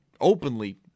openly